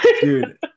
Dude